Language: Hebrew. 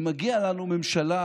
ומגיעה לנו ממשלה